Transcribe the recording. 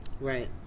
Right